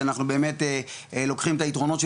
שאנחנו באמת לוקחים את היתרונות של